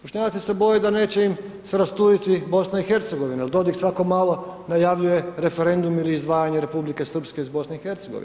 Bošnjaci se boje da neće im se rasturiti BiH jer Dodik svako malo najavljuje referendum ili izdvajanje Republike Srpske iz BiH.